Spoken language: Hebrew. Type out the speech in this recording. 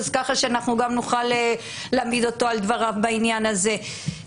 אז ככה שנוכל להעמיד אותו על דבריו בעניין הזה.